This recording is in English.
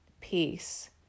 peace